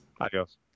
Adios